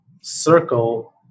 circle